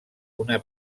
una